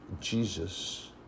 Jesus